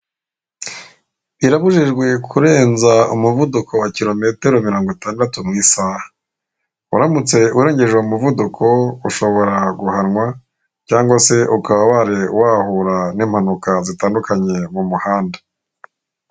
Birabujijwe kurenza umuvuduko wa kirometero mirongo itandatu mu isaha. Uramutse urengeje uwo muvuduko ushobora guhanwa cyangwa se ukaba wahura n'impanuka zitandukanye mu muhanda.